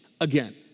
again